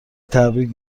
تبریک